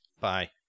Bye